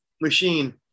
machine